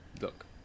Look